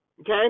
Okay